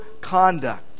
conduct